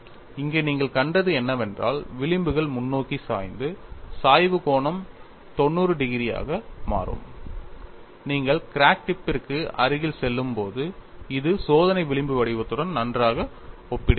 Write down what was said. இங்கே நீங்கள் கண்டது என்னவென்றால் விளிம்புகள் முன்னோக்கி சாய்ந்து சாய்வு கோணம் 90 டிகிரியாக மாறும் நீங்கள் கிராக் டிப் பிற்கு அருகில் செல்லும்போது இது சோதனை விளிம்பு வடிவத்துடன் நன்றாக ஒப்பிடுகிறது